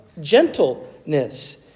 gentleness